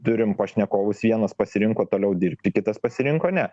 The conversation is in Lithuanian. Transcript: turim pašnekovus vienas pasirinko toliau dirbti kitas pasirinko ne